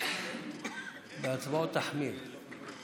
בהצבעות תחמיר.